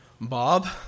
Bob